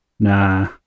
Nah